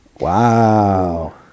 Wow